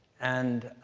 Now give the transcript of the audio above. and